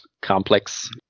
complex